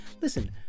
Listen